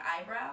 Eyebrow